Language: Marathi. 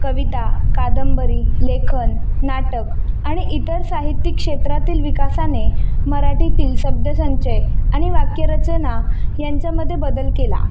कविता कादंबरी लेखन नाटक आणि इतर साहित्यिक क्षेत्रातील विकासाने मराठीतील शब्दसंचय आणि वाक्यरचना यांच्यामध्ये बदल केला